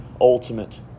ultimate